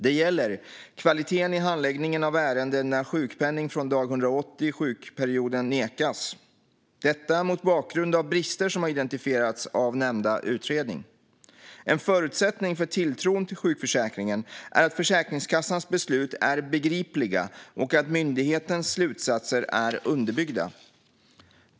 Det gäller kvaliteten i handläggningen av ärenden där sjukpenning från dag 180 i sjukperioden nekas, detta mot bakgrund av brister som har identifierats av nämnda utredning. En förutsättning för tilltron till sjukförsäkringen är att Försäkringskassans beslut är begripliga och att myndighetens slutsatser är underbyggda.